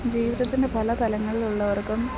ജീവിതത്തിൻ്റെ പല തലങ്ങളിലുള്ളവർക്കും